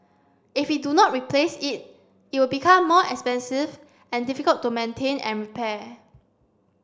if we do not replace it it will become more expensive and difficult to maintain and repair